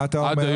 מה אתה אומר?